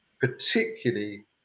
particularly